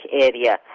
area